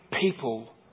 people